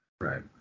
Right